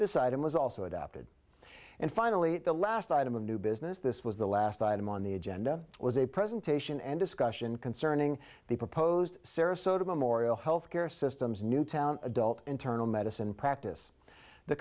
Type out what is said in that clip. this item was also adopted and finally at the last item of new business this was the last item on the agenda was a presentation and discussion concerning the proposed sarasota memorial health care systems newtown adult internal medicine practice the